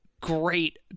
great